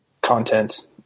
content